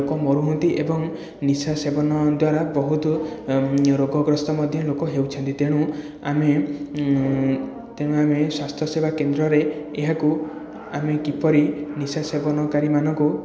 ଲୋକ ମରୁଛନ୍ତି ଏବଂ ନିଶା ସେବନ ଦ୍ଵାରା ବହୁତ ରୋଗଗ୍ରସ୍ତ ମଧ୍ୟ ହେଉଛନ୍ତି ଆମେ ତେଣୁ ଆମେ ତେଣୁ ଆମେ ସ୍ୱାସ୍ଥ୍ୟ ସେବା କେନ୍ଦ୍ରରେ ଏହାକୁ ଆମେ କିପରି ନିଶା ସେବନକାରୀ ମାନଙ୍କୁ